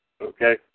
Okay